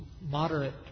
moderate